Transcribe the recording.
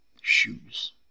shoes